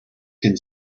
can